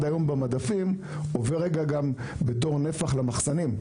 היום במדפים עובר רגע גם בתור נפח למחסנים.